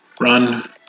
Run